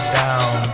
down